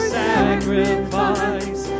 sacrifice